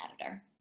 editor